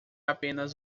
apenas